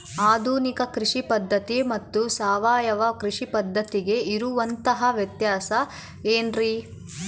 ಆಧುನಿಕ ಕೃಷಿ ಪದ್ಧತಿ ಮತ್ತು ಸಾವಯವ ಕೃಷಿ ಪದ್ಧತಿಗೆ ಇರುವಂತಂಹ ವ್ಯತ್ಯಾಸ ಏನ್ರಿ?